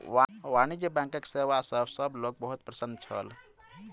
वाणिज्य बैंकक सेवा सॅ सभ लोक बहुत प्रसन्न छल